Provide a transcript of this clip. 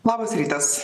labas rytas